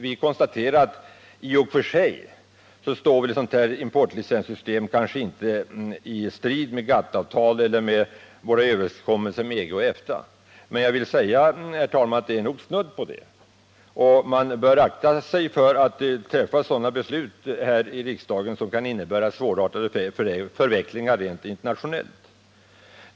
Vi konstaterar att ett sådant importlicenssystem väl i och för sig inte strider mot GATT-avtalet och mot våra överenskommelser med EG och EFTA men, herr talman, det är nog snudd på det. Man bör akta sig för att här i riksdagen träffa sådana beslut som kan medföra svårartade förvecklingar internationellt.